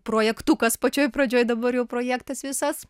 projektukas pačioj pradžioj dabar jau projektas visas